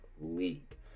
league